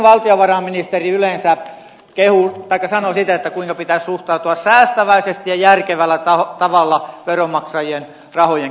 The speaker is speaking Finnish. valtiovarainministeri yleensä sanoo kuinka pitäisi suhtautua säästäväisesti ja järkevällä tavalla veronmaksajien rahojen käyttöön